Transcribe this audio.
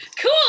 cool